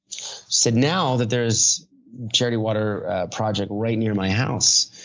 said, now that there's charity water project right near my house.